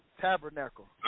Tabernacle